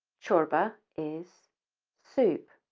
corba is soup.